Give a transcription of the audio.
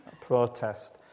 protest